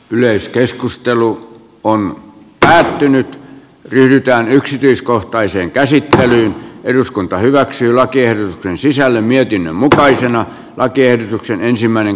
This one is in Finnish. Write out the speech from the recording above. yleiskeskustelu on lähtenyt yhtään yksityiskohtaiseen käsittelyyn eduskunta hyväksyy lakien sisällön mietin mutaisen mainituista seikoista